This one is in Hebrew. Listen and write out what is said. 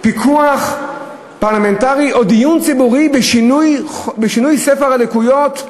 פיקוח פרלמנטרי או דיון ציבורי בשינוי ספר הלקויות?